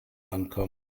ankommen